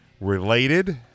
related